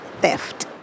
theft